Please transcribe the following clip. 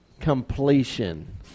completion